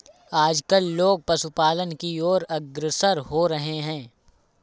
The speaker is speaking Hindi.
आजकल लोग पशुपालन की और अग्रसर हो रहे हैं